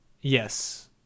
Yes